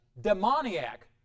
demoniac